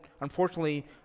unfortunately